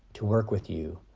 to work with you,